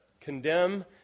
condemn